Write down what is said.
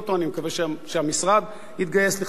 אני מקווה שהמשרד יתגייס לכך.